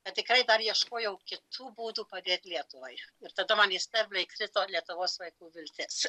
kad tikrai dar ieškojau kitų būdų padėti lietuvai ir tada man į sterblę įkrito lietuvos vaikų viltis